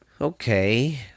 Okay